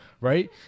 right